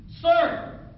Sir